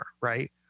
right